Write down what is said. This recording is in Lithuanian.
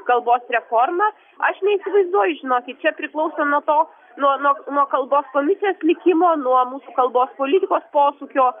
kalbos reforma aš neįsivaizduoju žinokit čia priklauso nuo to nuo nuo kalbos komisijos likimo nuo kalbos politikos posūkio